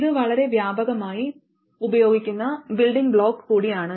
ഇത് വളരെ വ്യാപകമായി ഉപയോഗിക്കുന്ന ബിൽഡിംഗ് ബ്ലോക്ക് കൂടിയാണ്